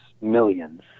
millions